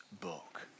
book